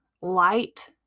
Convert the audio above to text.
light